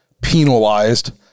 Penalized